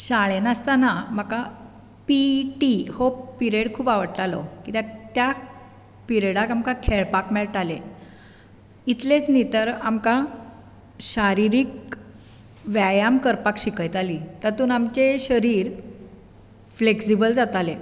शाळेंत आसतना म्हाका पी टी हो पिरयड खूब आवडटालो कित्याक त्या पिरयडाक आमकां खेळपाक मेळटालें इतलेंच न्ही तर आमकां शारिरीक व्यायाम करपाक शिकयतालीं तातूंत आमचें शरीर फ्लॅकजीबल जातालें